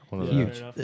Huge